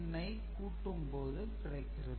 bin ஐ கூட்டும்போது கிடைக்கிறது